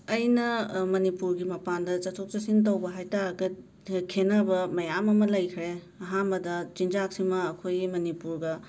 ꯑꯩꯅ ꯃꯅꯤꯄꯨꯔꯒꯤ ꯃꯄꯥꯟꯗ ꯆꯠꯊꯣꯛ ꯆꯠꯁꯤꯟ ꯇꯧꯕ ꯍꯥꯏ ꯇꯥꯔꯒ ꯈꯦꯟꯅꯕ ꯃꯌꯥꯝ ꯑꯃ ꯂꯩꯈ꯭ꯔꯦ ꯑꯍꯥꯝꯕꯗ ꯆꯤꯟꯖꯥꯛꯁꯤꯃ ꯑꯩꯈꯣꯏꯒꯤ ꯃꯅꯤꯄꯨꯔꯒ